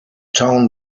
town